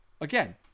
Again